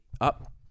up